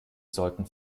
sollten